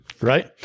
right